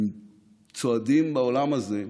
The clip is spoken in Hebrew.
הם צועדים בעולם הזה,